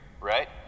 right